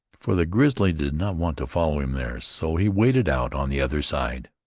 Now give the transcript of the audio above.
for the grizzly did not want to follow him there so he waded out on the other side,